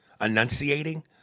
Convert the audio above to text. enunciating